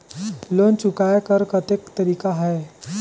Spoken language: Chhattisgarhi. लोन चुकाय कर कतेक तरीका है?